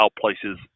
places